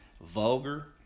vulgar